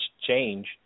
change